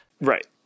Right